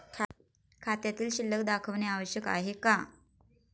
खात्यातील शिल्लक दाखवणे आवश्यक आहे का?